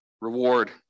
reward